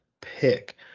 pick